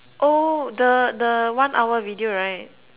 oh the the one hour video right